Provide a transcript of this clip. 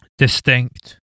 distinct